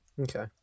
Okay